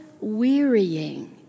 wearying